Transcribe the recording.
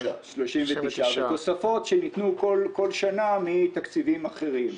ותוספות שנתנו כל שנה מתקציבים אחרים.